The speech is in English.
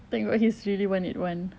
thank god he's really one eight one